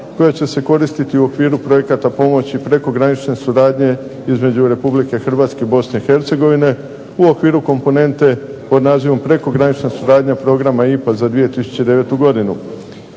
koja će se koristiti u okviru projekata pomoći prekogranične suradnje između Republike Hrvatske i Bosne i Hercegovine u okviru komponente pod nazivom prekogranična suradnja programa IPA za 2009. godinu.